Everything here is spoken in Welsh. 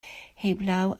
heblaw